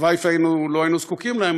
הלוואי שלא היינו זקוקים להם,